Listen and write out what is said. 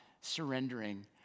surrendering